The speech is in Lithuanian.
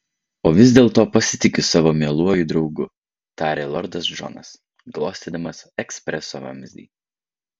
o vis dėlto pasitikiu savo mieluoju draugu tarė lordas džonas glostydamas ekspreso vamzdį